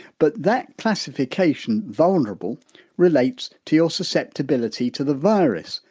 but that classification vulnerable relates to your susceptibility to the virus,